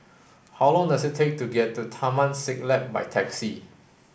how long does it take to get to Taman Siglap by taxi